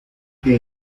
que